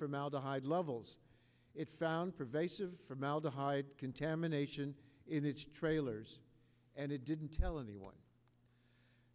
formaldehyde levels it found pervasive formaldehyde contamination in each trailers and it didn't tell anyone